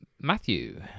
Matthew